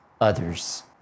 others